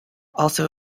also